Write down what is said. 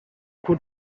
put